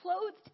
clothed